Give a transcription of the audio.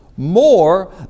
More